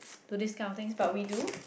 do this kind of things but we do